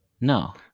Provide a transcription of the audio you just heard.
No